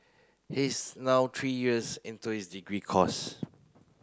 he is now three years into his degree course